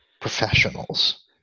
professionals